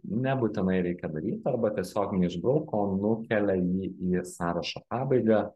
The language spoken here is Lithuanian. nebūtinai reikia daryt arba tiesiog neišbrauko o nukelia į į sąrašo pabaigą